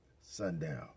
Sundown